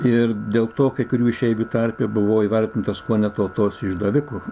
ir dėl to kai kurių išeivių tarpe buvau įvardintas kone tautos išdaviku